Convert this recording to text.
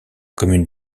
commune